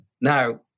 Now